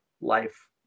life